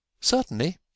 Certainly